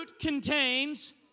contains